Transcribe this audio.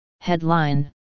Headline